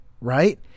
Right